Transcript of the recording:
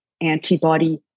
antibody